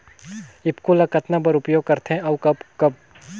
ईफको ल कतना बर उपयोग करथे और कब कब?